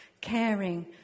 caring